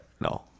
No